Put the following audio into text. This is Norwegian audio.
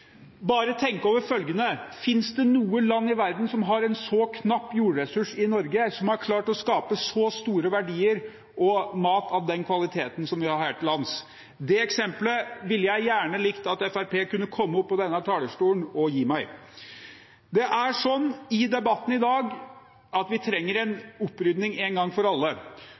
Bare tenk over følgende: Finnes det noe land i verden som har en så knapp jordressurs som Norge, som har klart å skape så store verdier og mat av den kvaliteten som vi har her til lands? Det eksempelet skulle jeg gjerne ha likt at Fremskrittspartiet kunne komme opp på denne talerstolen og gi meg. I debatten i dag trenger vi en opprydding en gang for alle,